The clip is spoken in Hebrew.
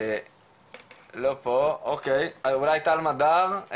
לא פה, אולי טל מדר,